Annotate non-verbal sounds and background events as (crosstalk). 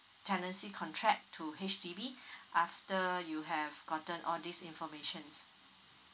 tenancy contract to H_D_B (breath) after you have gotten all this information